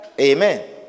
Amen